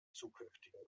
zukünftigen